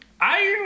Iron